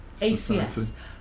ACS